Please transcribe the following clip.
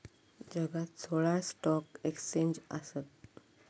जगात सोळा stock exchange आसत